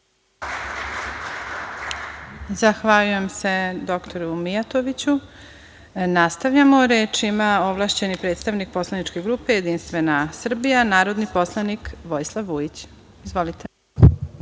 Zahvaljujem se dr Mijatoviću. Nastavljamo, reč ima ovlašćeni predstavnik poslaničke grupe JS, narodni poslanik Vojislav Vujić. Izvolite.